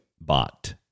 bot